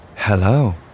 Hello